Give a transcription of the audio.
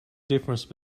difference